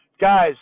Guys